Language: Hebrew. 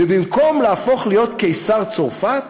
ובמקום להפוך להיות קיסר צרפת